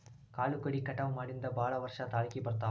ಕಾಳು ಕಡಿ ಕಟಾವ ಮಾಡಿಂದ ಭಾಳ ವರ್ಷ ತಾಳಕಿ ಬರ್ತಾವ